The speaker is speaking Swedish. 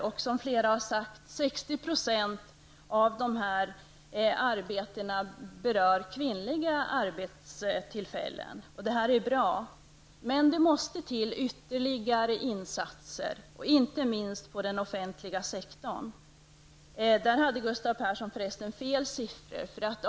Som flera talare har sagt, berör 60 % av de här arbetena kvinnliga arbetstillfällen. Det här är bra, men ytterligare insatser behövs, inte minst inom den offentliga sektorn. Gustav Persson hade fel siffror på det området.